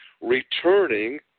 returning